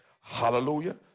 Hallelujah